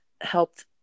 helped